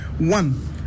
one